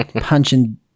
Punching